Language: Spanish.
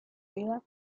vida